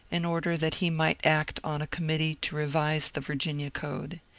in order that he might act on a committee to revise the virginia code.